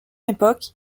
époque